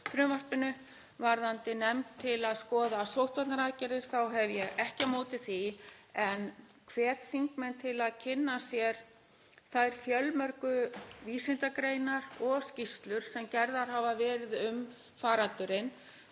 frumvarpinu. Varðandi nefnd til að skoða sóttvarnaaðgerðir þá er ég ekki á móti því en hvet þingmenn til að kynna sér þær fjölmörgu vísindagreinar og skýrslur sem gerðar hafa verið um faraldurinn.